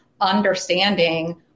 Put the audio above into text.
understanding